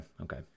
Okay